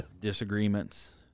Disagreements